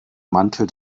mantel